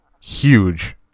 huge